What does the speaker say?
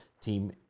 team